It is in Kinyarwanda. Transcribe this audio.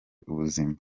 ubuzima